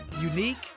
unique